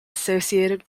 associated